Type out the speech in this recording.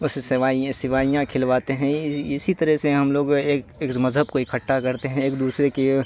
اس سوئیاں کھلواتے ہیں اسی طرح سے ہم لوگ ایک مذہب کو اکٹھا کرتے ہیں ایک دوسرے کے